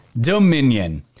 Dominion